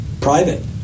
private